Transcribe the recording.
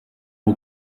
aux